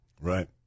Right